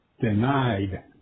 denied